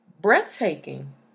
breathtaking